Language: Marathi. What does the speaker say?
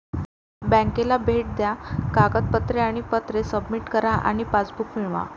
बँकेला भेट द्या कागदपत्रे आणि पत्रे सबमिट करा आणि पासबुक मिळवा